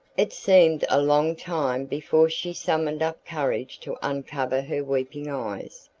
it seemed a long time before she summoned up courage to uncover her weeping eyes,